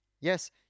Yes